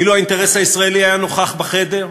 אילו היה האינטרס הישראלי נוכח בחדר,